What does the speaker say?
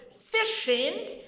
fishing